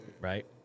Right